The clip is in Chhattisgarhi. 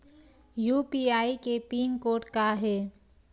यू.पी.आई के पिन कोड का हे?